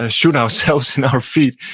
ah shoot ourselves in our feet,